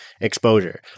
exposure